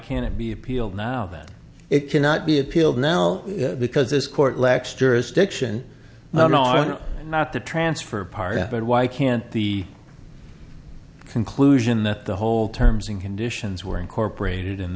can't it be appealed now that it cannot be appealed now because this court lacks jurisdiction not on not the transfer part but why can't the conclusion that the whole terms and conditions were incorporated